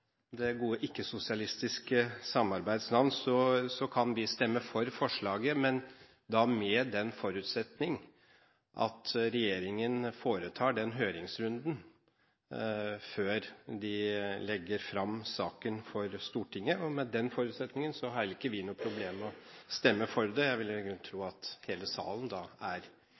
det gode ikke-sosialistiske samarbeids navn kan vi stemme for forslaget, men da med den forutsetning at regjeringen foretar en høringsrunde før de legger saken fram for Stortinget. Med den forutsetningen har ikke vi noe problem med å stemme for det. Jeg ville vel i grunnen tro at hele salen da er